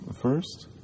first